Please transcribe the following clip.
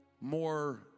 more